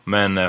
Men